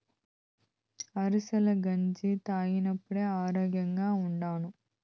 అరికెల గెంజి తాగేప్పుడే ఆరోగ్యంగా ఉండాను